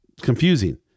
confusing